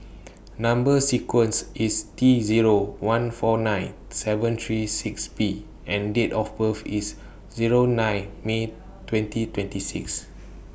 Number sequence IS T Zero one four nine seven three six B and Date of birth IS Zero nine May twenty twenty six